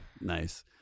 Nice